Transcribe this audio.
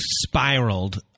spiraled